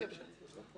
נגיד שזו הנורמה?